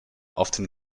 often